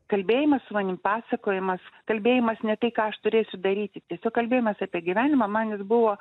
kalbėjimas su manim pasakojimas kalbėjimas ne tai ką aš turėsiu daryti tiesiog kalbėjimas apie gyvenimą man jis buvo